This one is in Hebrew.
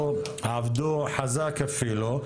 עבדו חזק אפילו.